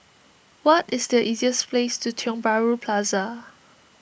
what is the easiest ways to Tiong Bahru Plaza